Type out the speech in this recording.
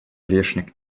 орешник